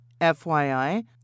FYI